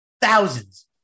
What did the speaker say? Thousands